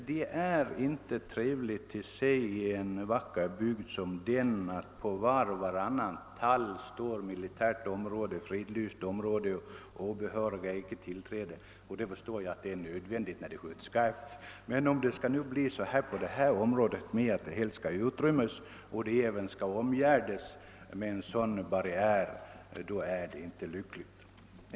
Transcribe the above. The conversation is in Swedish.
Det är inte trevligt att i en så vacker bygd som den det gäller på det ena trädet efter det andra se anslag med texten »Militärt område», »Fridlyst område» eller »Obehöriga äger ej tillträde». Jag förstår att det är nödvändigt, om det kommer att skjutas skarpt, men det vore inte lyckligt om det berörda området helt skulle utrymmas och inhägnas på det sätt som angivits.